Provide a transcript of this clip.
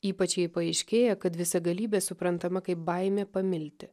ypač jei paaiškėja kad visagalybė suprantama kaip baimė pamilti